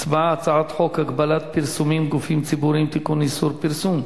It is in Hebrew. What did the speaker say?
הצעת חוק הגבלת פרסומים (גופים ציבוריים) (תיקון) (איסור פרסום,